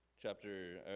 Chapter